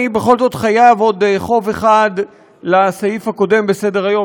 אני בכל זאת חייב עוד חוב אחד לסעיף הקודם בסדר-היום.